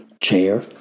chair